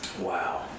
Wow